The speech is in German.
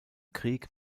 krieg